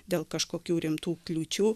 dėl kažkokių rimtų kliūčių